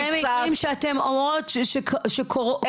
זה מקרים שאתן אומרות שקורים?